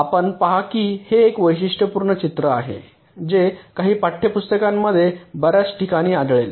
आपण पहा की हे एक वैशिष्ट्यपूर्ण चित्र आहे जे काही पाठ्यपुस्तकांमध्ये बर्याच ठिकाणी आढळेल